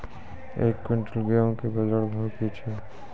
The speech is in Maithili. एक क्विंटल गेहूँ के बाजार भाव की छ?